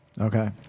Okay